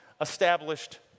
established